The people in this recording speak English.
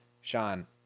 Sean